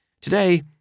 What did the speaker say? Today